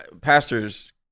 pastors